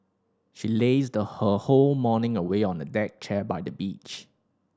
she lazed her whole morning away on a deck chair by the beach